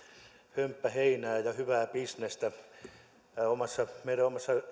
hömppäheinää ja hyvää bisnestä meidän omassa